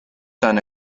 done